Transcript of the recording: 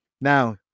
Now